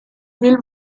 will